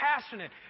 passionate